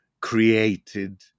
created